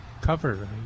cover